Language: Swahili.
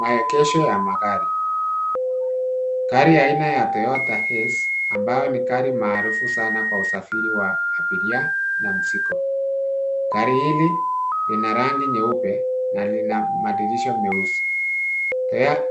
Maegesho ya magari. Gari ya aina ya Toyota HiAce ambayo ni gari maarufu sana kwa usafiri wa abiria na mzigo. Gari hili lina rangi nyeupe na lina madirisha meusi.